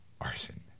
arson